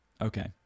Okay